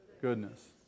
Goodness